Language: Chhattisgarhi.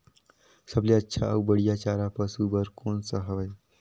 सबले अच्छा अउ बढ़िया चारा पशु बर कोन सा हवय?